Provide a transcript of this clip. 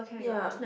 ya